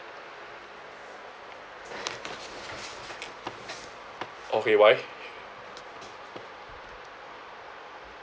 okay why